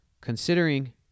Considering